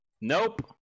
Nope